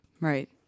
Right